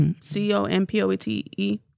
c-o-m-p-o-e-t-e